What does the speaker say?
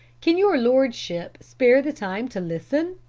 can your lordship spare the time to listen